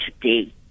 today